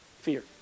fear